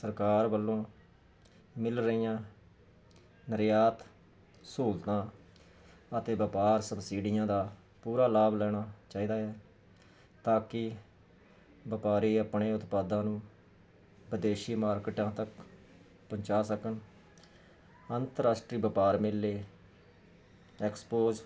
ਸਰਕਾਰ ਵਲੋਂ ਮਿਲ ਰਹੀਆਂ ਰਿਆਤ ਸਹੂਲਤਾਂ ਅਤੇ ਵਪਾਰ ਸਬਸਿਡੀਆਂ ਦਾ ਪੂਰਾ ਲਾਭ ਲੈਣਾ ਚਾਹੀਦਾ ਹੈ ਤਾਂ ਕੀ ਵਪਾਰੀ ਆਪਣੇ ਉਤਪਾਦਾਂ ਨੂੰ ਵਿਦੇਸ਼ੀ ਮਾਰਕੀਟਾਂ ਤੱਕ ਪਹੁੰਚਾ ਸਕਣ ਅੰਤਰਰਾਸ਼ਟਰੀ ਵਪਾਰ ਮੇਲੇ ਐਕਸਪੋਜ